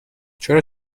چرا